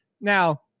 now